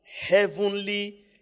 heavenly